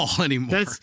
anymore